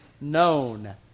known